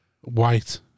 White